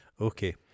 Okay